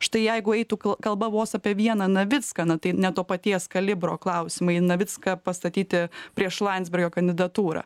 štai jeigu eitų kalba vos apie vieną navicką na tai ne to paties kalibro klausimai navicką pastatyti prieš landsbergio kandidatūrą